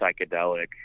psychedelic